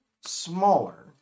smaller